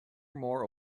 more